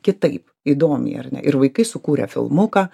kitaip įdomiai ar ne ir vaikai sukūrė filmuką